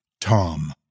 Tom